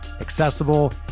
accessible